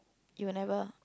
you'll never